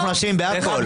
אנחנו אשמים בהכול.